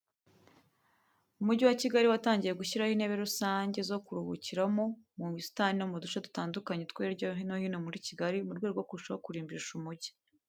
Umujyi wa Kigali watangiye gushyiraho intebe rusange zo kuruhukiramo mu busatani no mu duce dutandukanye two hirya no hino muri Kigali, mu rwego rwo kurushaho kurimbisha umujyi.